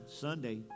Sunday